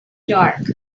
dark